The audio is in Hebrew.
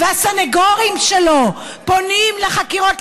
והסנגורים שלו פונים לחקירות,